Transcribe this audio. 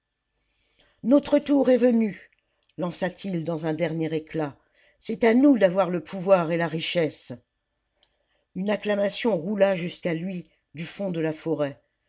notre tour est venu lança t il dans un dernier éclat c'est à nous d'avoir le pouvoir et la richesse une acclamation roula jusqu'à lui du fond de la forêt